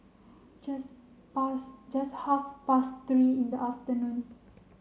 just past just half past three in the afternoon